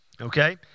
Okay